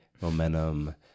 momentum